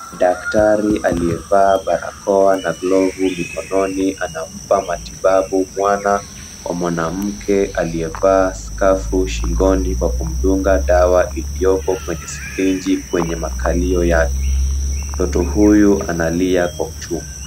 Daktari aliyevaa barakoa na glovu mikononi, anampa matibabu mwana wa mwanamke aliyevaa skafu shingoni kwa kumdunga dawa iliyoko kwenye sirinji kwenye makalio yake. Mtoto huyu analia kwa uchungu.